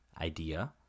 idea